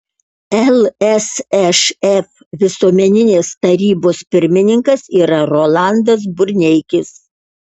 lsšf visuomeninės tarybos pirmininkas yra rolandas burneikis